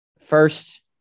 First